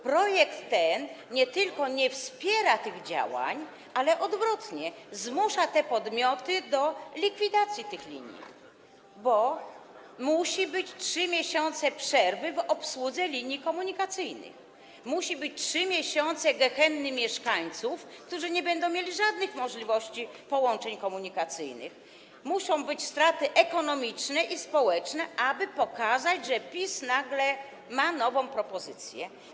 Projekt ten nie tylko nie wspiera tych działań, ale odwrotnie - zmusza te podmioty do likwidacji tych linii, bo muszą być 3 miesiące przerwy w obsłudze linii komunikacyjnych, muszą być 3 miesiące gehenny mieszkańców, którzy nie będą mieli żadnych możliwości połączeń komunikacyjnych, muszą być straty ekonomiczne i społeczne, aby pokazać, że PiS nagle ma nową propozycję.